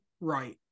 right